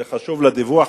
זה חשוב לדיווח,